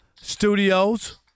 studios